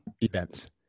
events